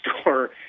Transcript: store